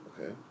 Okay